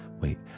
wait